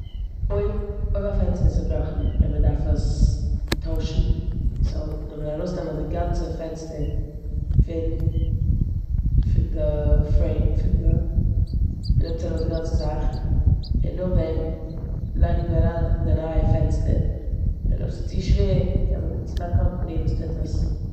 אויב- אויב א פענסטער איז צובראכן און מ'דארף עס טוישן סאו, זאל מען ארויסנעמען די גאנצע פענסטער פון- פון די פרעים- פון די- מ'נעמט ארויס די גאנצע זאך און נאכדעם לייגט מען אריין די נייע פענסטער און אויב ס'איז צו שווער קען מען נוצן א קאמפאני וואס טוט עס.